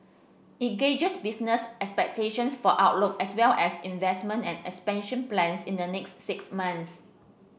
it gauges business expectations for outlook as well as investment and expansion plans in the next six months